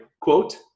quote